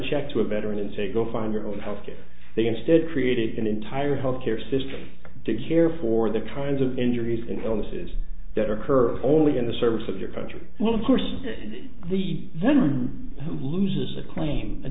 check to a veteran and say go find your own health care they instead created an entire health care system to care for the kinds of injuries and illnesses that occur only in the service of their country well of course the then who loses a claim a